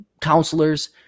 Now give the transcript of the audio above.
counselors